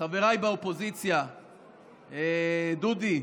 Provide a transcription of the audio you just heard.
חבריי באופוזיציה, דודי,